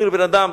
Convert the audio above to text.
אומרים לבן-אדם: